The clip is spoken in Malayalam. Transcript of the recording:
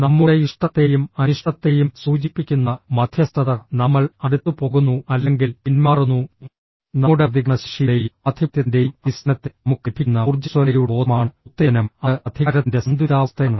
നമ്മുടെ ഇഷ്ടത്തെയും അനിഷ്ടത്തെയും സൂചിപ്പിക്കുന്ന മധ്യസ്ഥത നമ്മൾ അടുത്ത് പോകുന്നു അല്ലെങ്കിൽ പിന്മാറുന്നു നമ്മുടെ പ്രതികരണശേഷിയുടെയും ആധിപത്യത്തിന്റെയും അടിസ്ഥാനത്തിൽ നമുക്ക് ലഭിക്കുന്ന ഊർജ്ജസ്വലതയുടെ ബോധമാണ് ഉത്തേജനം അത് അധികാരത്തിന്റെ സന്തുലിതാവസ്ഥയാണ്